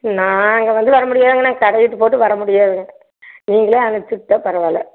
நான் அங்கே வந்து வர முடியாதுங்க நான் கடயை விட்டுபோட்டு வர முடியாதுங்க நீங்களே அனுப்ச்சிவிட்டா பரவாயில்ல